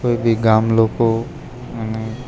કોઈ બી ગામ લોકો અને